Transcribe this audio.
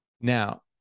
Now